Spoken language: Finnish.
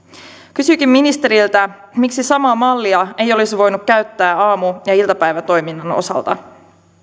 kysynkin ministeriltä miksi samaa mallia ei olisi voinut käyttää aamu ja iltapäivätoiminnan osalta